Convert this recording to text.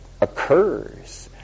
occurs